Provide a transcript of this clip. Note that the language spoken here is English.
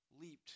leaped